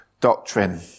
doctrine